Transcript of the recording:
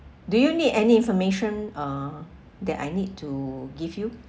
do you need any information uh that I need to give you